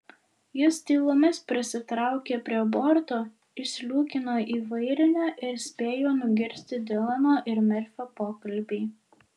jis tylomis prisitraukė prie borto įsliūkino į vairinę ir spėjo nugirsti dilano ir merfio pokalbį